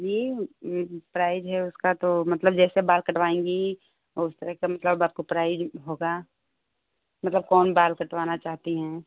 जी price है उसका तो मतलब जैसे बाल कटवाएंगी उस तरह का मतलब आपकाे प्राइज होगा मतलब कौन बाल कटवाना चाहती हैं